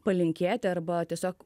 palinkėti arba tiesiog